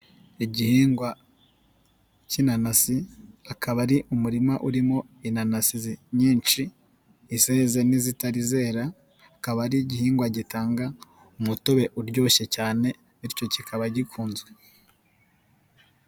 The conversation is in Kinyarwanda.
Igihingwa kinanasi, akaba ari umurima urimo inanasi nyinshi, izeze n'izitari zera, kaba ari igihingwa gitanga umutobe uryoshye cyane bityo kikaba gikunzwe.